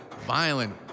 violent